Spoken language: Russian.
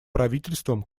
правительствам